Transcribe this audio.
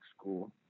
school